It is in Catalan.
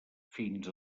fins